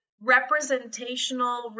representational